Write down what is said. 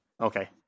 Okay